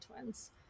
twins